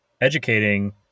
educating